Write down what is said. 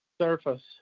Surface